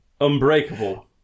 Unbreakable